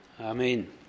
Amen